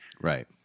right